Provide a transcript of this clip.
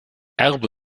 erbe